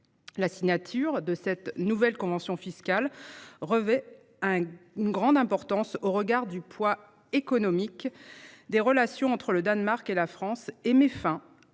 La signature de cette nouvelle convention fiscale revêt une grande importance, au regard du poids économique des relations entre le Danemark et la France. Elle met fin,